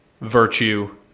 virtue